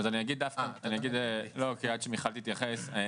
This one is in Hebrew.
אז עד שמיכל תתייחס,